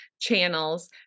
channels